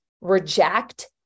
reject